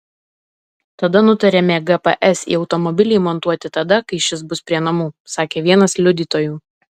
tada nutarėme gps į automobilį įmontuoti tada kai šis bus prie namų sakė vienas liudytojų